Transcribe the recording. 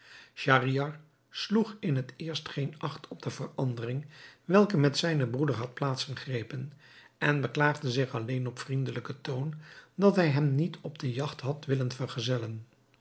schahriar sloeg in het eerst geen acht op de verandering welke met zijnen broeder had plaats gegrepen en beklaagde zich alleen op vriendelijken toon dat hij hem niet op de jagt had willen vergezellen